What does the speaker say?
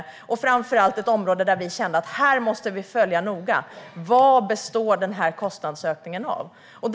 Framför allt är det ett område där vi kände att vi noga måste följa vad kostnadsökningen berodde på.